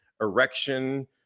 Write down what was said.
erection